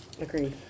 Agreed